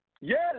Yes